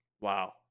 wow